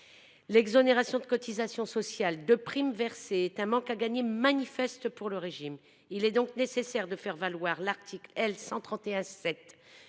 L’exonération de cotisations sociales de primes versées est un manque à gagner manifeste pour le régime. Il est donc nécessaire de faire valoir l’article L. 131 7